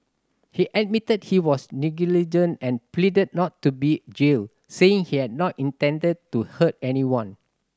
he admitted he was negligent and pleaded not to be jailed saying he had not intended to hurt anyone